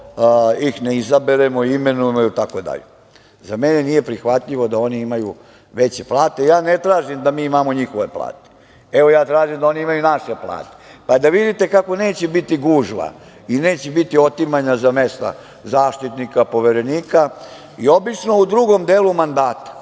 ih ne izaberemo imenom itd.Za mene nije prihvatljivo da oni imaju veće plate. Ja ne tražim da mi imamo njihove plate, evo ja tražim da oni imaju naše plate. Pa da vidite kako neće biti gužva i neće biti otimanja za mesta Zaštitnika, Poverenika. Obično u drugom delu mandata…